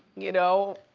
you know?